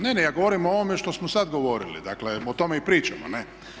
Ne, ne ja govorim o ovome što smo sad govorili, dakle o tome i pričamo ne?